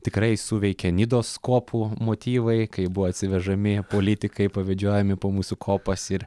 tikrai suveikė nidos kopų motyvai kai buvo atsivežami politikai pavedžiojami po mūsų kopas ir